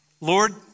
Lord